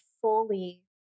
fully